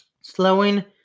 slowing